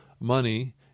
money